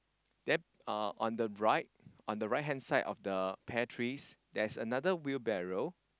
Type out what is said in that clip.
then uh on the right the right hand side of the pear trees there's another wheelbarrow